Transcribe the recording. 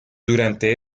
durante